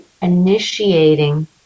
initiating